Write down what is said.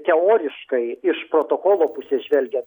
teoriškai iš protokolo pusės žvelgian